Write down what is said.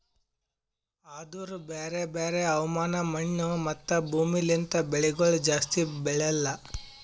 ಆದೂರು ಬ್ಯಾರೆ ಬ್ಯಾರೆ ಹವಾಮಾನ, ಮಣ್ಣು, ಮತ್ತ ಭೂಮಿ ಲಿಂತ್ ಬೆಳಿಗೊಳ್ ಜಾಸ್ತಿ ಬೆಳೆಲ್ಲಾ